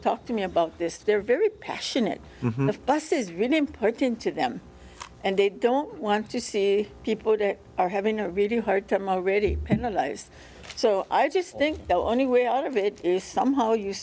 talked to me about this they're very passionate the bus is really important to them and they don't want to see people who are having a really hard time already so i just think the only way out of it is somehow you